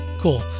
cool